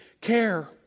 care